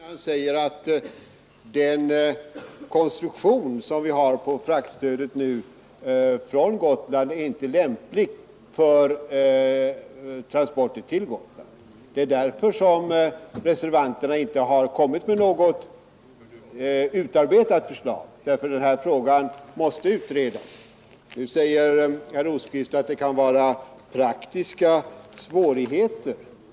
Herr talman! Herr Rosqvist har alldeles rätt när han säger att den konstruktion vi har på fraktstödet nu från Gotland inte är lämplig för transporter till Gotland. Det är därför reservanterna inte har kommit med något utarbetat förslag. Denna fråga måste utredas. Nu säger herr Rosqvist att det kan vara praktiska svårigheter.